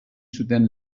zuten